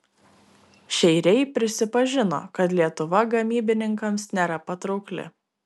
šeiriai prisipažino kad lietuva gamybininkams nėra patraukli